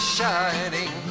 shining